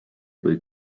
kui